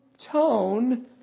tone